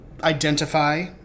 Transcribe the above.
identify